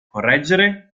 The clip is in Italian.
correggere